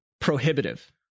prohibitive